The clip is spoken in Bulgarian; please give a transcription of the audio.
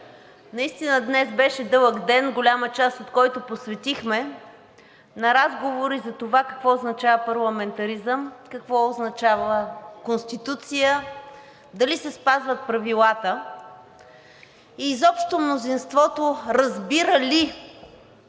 наистина днес беше дълъг ден, голяма част от който посветихме на разговори за това какво означава парламентаризъм, какво означава Конституция, дали се спазват правилата и изобщо мнозинството разбира ли